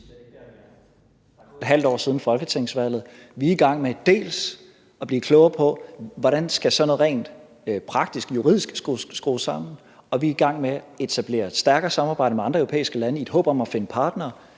Vi er i gang med at blive klogere på, hvordan sådan noget rent praktisk og juridisk skal skrues sammen, og vi er i gang med at etablere et stærkere samarbejde med andre europæiske lande i et håb om at finde partnere.